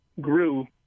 grew